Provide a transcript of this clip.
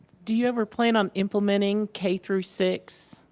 do you ever plan on implementing k through six